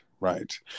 Right